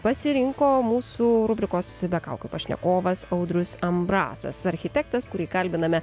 pasirinko mūsų rubrikos be kaukių pašnekovas audrius ambrasas architektas kurį kalbiname